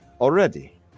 already